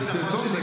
זה סרטון.